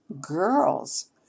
girls